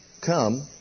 come